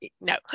no